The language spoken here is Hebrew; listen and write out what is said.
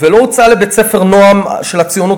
ולא הוצעה לבית-ספר "נועם" של הציונות